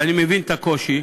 ואני מבין את הקושי,